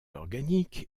organique